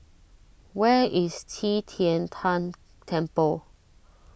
where is Qi Tian Tan Temple